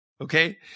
Okay